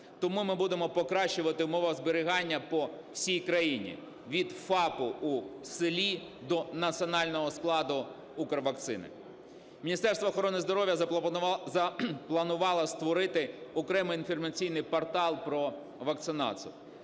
Тому ми будемо покращувати умови зберігання по всій країні від ФАПу в селі до національного складу "Укрвакцина". Міністерство охорони здоров'я запланувало створити окремий інформаційний портал про вакцинацію.